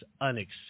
unacceptable